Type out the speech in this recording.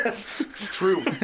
True